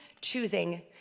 choosing